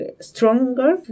stronger